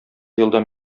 елдан